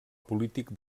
polític